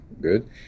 good